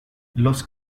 los